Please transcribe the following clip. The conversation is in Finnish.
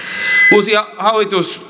uusi hallitus